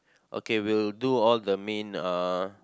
okay we'll do all the main uh